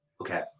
Okay